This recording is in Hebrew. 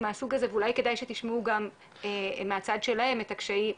מהסוג הזה ואולי כדאי שתשמעו גם מהצד שלהם את הקשיים,